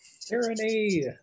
Tyranny